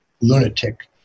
lunatic